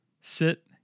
Sit